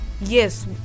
Yes